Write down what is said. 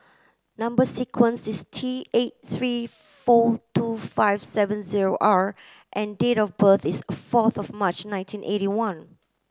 number sequence is T eight three four two five seven zero R and date of birth is fourth of March nineteen eighty one